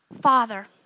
Father